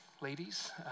ladies